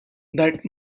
that